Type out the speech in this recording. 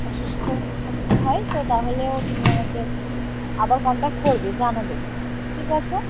অসুস্থতা মনে হয় তো তাহলেও তুমি আমাকে আবার কন্ট্যাক্ট করবে জানাবে ঠিক আছে